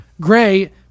Gray